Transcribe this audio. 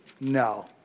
No